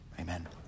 Amen